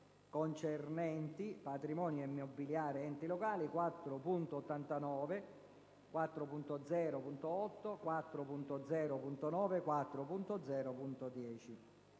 concernenti il patrimonio immobiliare degli enti locali: 4.89, 4.0.8, 4.0.9 e 4.0.10.